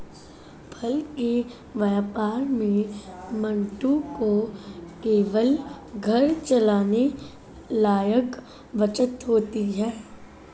फल के व्यापार में मंटू को केवल घर चलाने लायक बचत होती है